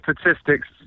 statistics